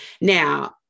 Now